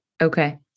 Okay